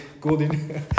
Golden